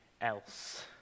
else